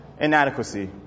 inadequacy